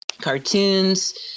cartoons